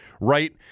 right